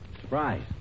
Surprise